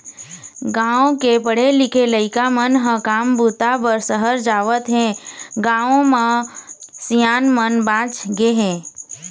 गाँव के पढ़े लिखे लइका मन ह काम बूता बर सहर जावत हें, गाँव म सियान मन बाँच गे हे